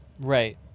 Right